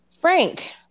frank